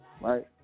Right